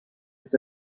hits